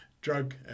drug